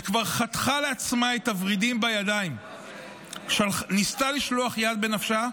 היא כבר חתכה לעצמה את הוורידים בידיים וניסתה לשלוח יד בנפשה.